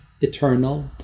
eternal